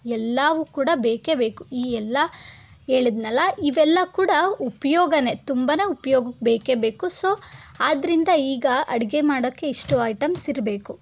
ಎಲ್ಲವೂ ಕೂಡ ಬೇಕೇ ಬೇಕು ಈ ಎಲ್ಲ ಹೇಳಿದ್ನಲ್ಲ ಇವೆಲ್ಲ ಕೂಡ ಉಪಯೋಗನೆ ತುಂಬ ಉಪ್ಯೋಗಕ್ಕೆ ಬೇಕೇ ಬೇಕು ಸೊ ಆದ್ದರಿಂದ ಈಗ ಅಡುಗೆ ಮಾಡೋಕ್ಕೆ ಇಷ್ಟು ಐಟಮ್ಸ್ ಇರಬೇಕು